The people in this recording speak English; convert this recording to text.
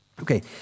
Okay